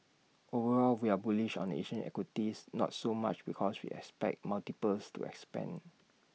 overall we are bullish on Asian equities not so much because we expect multiples to expand